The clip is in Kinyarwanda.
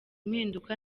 mpinduka